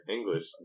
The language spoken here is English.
English